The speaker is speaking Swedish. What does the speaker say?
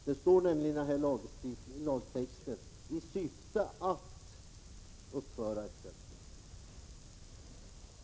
Det står nämligen i lagtexten att åtgärder inte får vidtas ”i syfte att inom landet uppföra en kärnkraftsreaktor”.